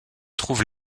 trouve